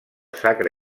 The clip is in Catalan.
sacre